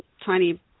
tiny